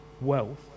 wealth